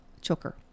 choker